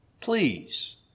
Please